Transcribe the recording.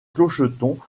clocheton